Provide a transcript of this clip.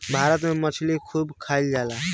भारत में मछली खूब खाईल जाला